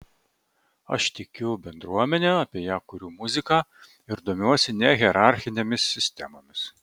aš tikiu bendruomene apie ją kuriu muziką ir domiuosi nehierarchinėmis sistemomis